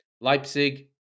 Leipzig